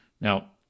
Now